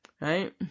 Right